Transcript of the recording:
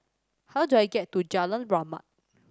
how do I get to Jalan Rahmat